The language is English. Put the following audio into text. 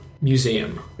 museum